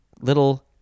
little